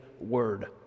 word